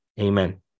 Amen